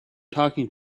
talking